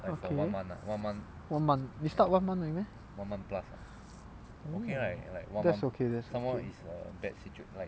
okay one month 你 start one month 而已 meh oh that's okay that's okay